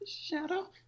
Shadow